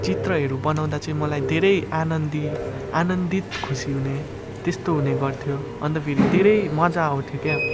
चित्रहरू बनाउँदा चाहिँ मलाई धेरै आनन्दी आनन्दित खुसी हुने त्यस्तो हुने गर्थ्यो अन्त फेरि धेरै मजा आउँथ्यो क्या